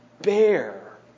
bear